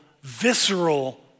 visceral